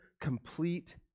complete